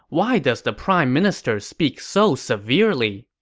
why does the prime minister speak so severely?